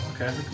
okay